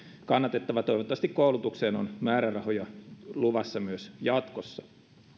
kannatettava toivottavasti koulutukseen on määrärahoja luvassa myös jatkossa